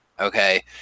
Okay